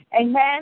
Amen